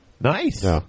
Nice